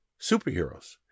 superheroes